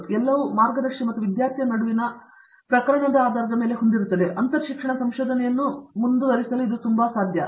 ಆದ್ದರಿಂದ ಎಲ್ಲವನ್ನೂ ಮಾರ್ಗದರ್ಶಿ ಮತ್ತು ವಿದ್ಯಾರ್ಥಿಯ ನಡುವೆ ಪ್ರಕರಣದ ಆಧಾರದ ಮೇಲೆ ಮಾಡಲಾಗುತ್ತದೆ ಮತ್ತು ಅಂತರಶಿಕ್ಷಣ ಸಂಶೋಧನೆಯನ್ನೂ ಮುಂದುವರಿಸಲು ಇದು ತುಂಬಾ ಸಾಧ್ಯ